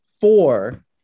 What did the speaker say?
four